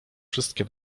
wszystkie